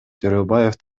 төрөбаев